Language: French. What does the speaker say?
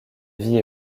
vie